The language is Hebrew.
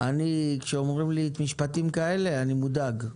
כשאומרים לי משפטים כאלה, אני מודאג.